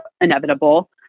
inevitable